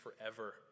forever